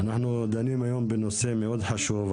אנחנו דנים היום בנושא מאוד חשוב,